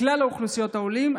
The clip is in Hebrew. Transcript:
מכלל אוכלוסיות העולים.